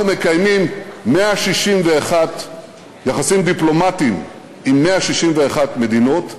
אנחנו מקיימים יחסים דיפלומטיים עם 161 מדינות,